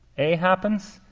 a happens.